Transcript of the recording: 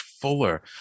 fuller